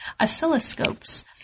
oscilloscopes